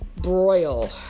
broil